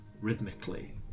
rhythmically